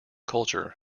culture